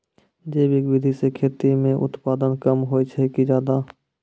जैविक विधि से खेती म उत्पादन कम होय छै कि ज्यादा?